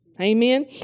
Amen